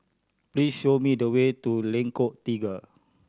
please show me the way to Lengkong Tiga